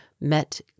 met